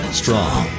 strong